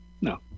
No